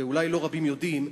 ואולי לא רבים יודעים,